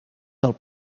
del